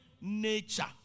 nature